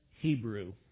Hebrew